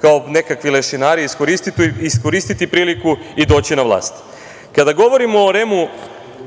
kao nekakvi lešinari iskoristiti priliku i doći na vlast. Kada govorimo o REM-u,